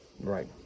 right